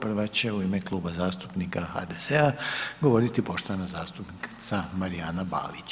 Prva će u ime Kluba zastupnika HDZ-a govoriti poštovana zastupnica Marijana Balić.